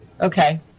Okay